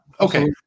Okay